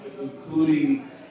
including